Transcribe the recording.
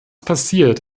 passiert